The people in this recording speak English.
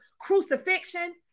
crucifixion